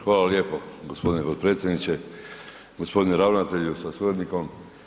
Hvala lijepo gospodine potpredsjedniče, gospodine ravnatelju sa suradnikom.